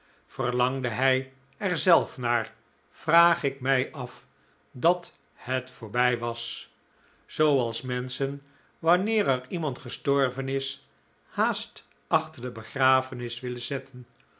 verlangde hij er zelf naar vraag ik mij af dat het voorbij was zooals menschen wanneer er iemand gestorven is haast achter de begrafenis willen zetten